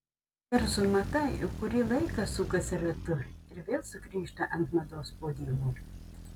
kerzų mada jau kurį laiką sukasi ratu ir vėl sugrįžta ant mados podiumų